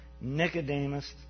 Nicodemus